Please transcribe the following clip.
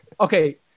Okay